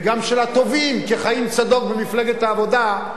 וגם של טובים כחיים צדוק ממפלגת העבודה,